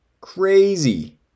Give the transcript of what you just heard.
Crazy